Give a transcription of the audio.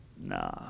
nah